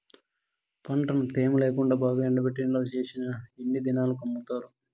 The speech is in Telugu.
పంటను తేమ లేకుండా బాగా ఎండబెట్టి నిల్వచేసిన ఎన్ని దినాలకు అమ్ముతారు?